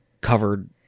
covered